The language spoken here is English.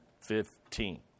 fifteen